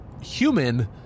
human